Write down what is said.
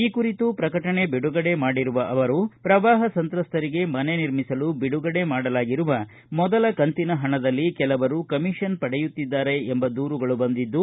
ಈ ಕುರಿತು ಪ್ರಕಟಣೆ ಬಿಡುಗಡೆ ಮಾಡಿರುವ ಅವರು ಪ್ರವಾಹ ಸಂತ್ರಸ್ತರಿಗೆ ಮನೆ ನಿರ್ಮಿಸಲು ಬಿಡುಗಡೆ ಮಾಡಲಾಗಿರುವ ಮೊದಲ ಕಂತಿನ ಹಣದಲ್ಲಿ ಕೆಲವರು ಕಮೀಷನ್ ಪಡೆಯುತ್ತಿದ್ದಾರೆ ಎಂಬ ದೂರುಗಳು ಬಂದಿದ್ದು